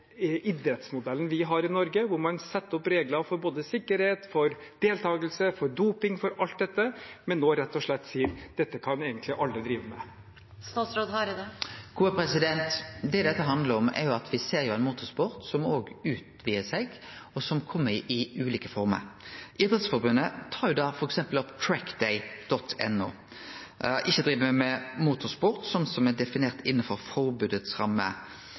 vi har i Norge, hvor man setter opp regler for både sikkerhet, for deltakelse, for doping – for alt dette? Nå sier man rett og slett at dette kan egentlig alle drive med. Det dette handlar om, er ein motorsport som utvidar seg, og som kjem i ulike former. Idrettsforbundet tar f.eks. opp trackday.no, som ikkje driv med motorsport sånn det er definert innanfor